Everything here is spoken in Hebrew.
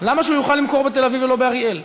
למה שהוא יוכל למכור בתל-אביב ולא באריאל?